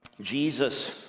Jesus